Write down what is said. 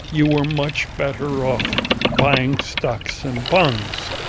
you were much better off buying stocks and bonds